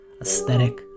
aesthetic